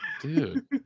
dude